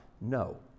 No